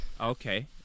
Okay